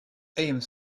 amc